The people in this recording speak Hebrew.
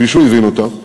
כפי שהוא הבין אותם,